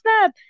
snap